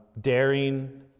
daring